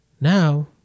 now